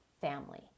family